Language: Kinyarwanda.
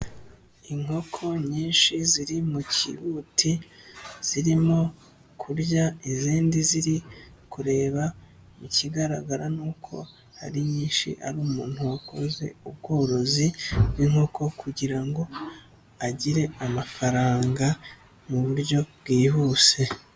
Inkoko nyinshi ziri mu kibuti, zirimo kurya, izindi ziri kureba, ikigaragara ni uko ari nyinshi, ari umuntu wakoze ubworozi bw'inkoko kugira ngo agire amafaranga mu buryo bwihuse.